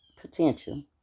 Potential